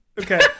Okay